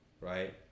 right